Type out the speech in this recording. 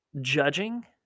judging